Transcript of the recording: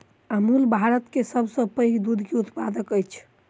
अमूल भारत के सभ सॅ पैघ दूध के उत्पादक अछि